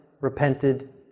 repented